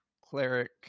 cleric